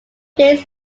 days